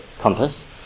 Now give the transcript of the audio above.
Compass